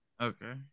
Okay